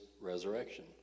resurrection